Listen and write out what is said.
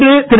இன்று திரு